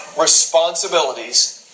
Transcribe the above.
responsibilities